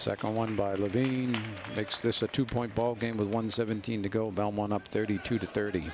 the second one by levine makes this a two point ball game with one seventeen to go belmont up thirty two to thirty